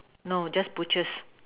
no just butchers